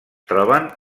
troben